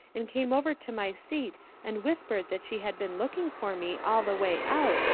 and came over to my seat and whispered that she had been looking for me all the way out,